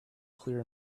clear